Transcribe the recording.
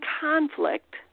conflict